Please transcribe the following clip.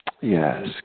Yes